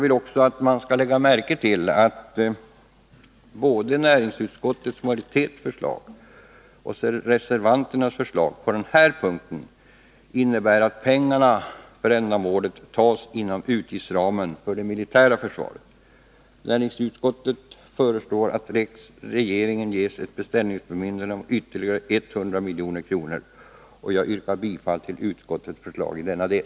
Lägg märke till att både näringsutskottets och reservanternas förslag på den här punkten innebär att pengarna för ändamålet skall tas inom utgiftsramen för det militära försvaret. Näringsutskottet föreslår att regeringen ges ett beställningsbemyndigande om ytterligare 100 milj.kr. Jag yrkar bifall till utskottets förslag i denna del.